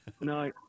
No